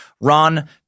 Ron